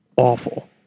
awful